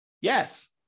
Yes